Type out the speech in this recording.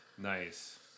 Nice